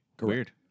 Weird